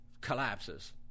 collapses